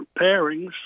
pairings